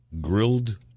Grilled